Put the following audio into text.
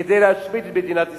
כדי להשמיד את מדינת ישראל.